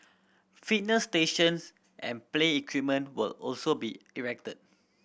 fitness stations and play equipment will also be erected